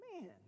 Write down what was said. Man